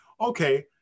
okay